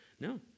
No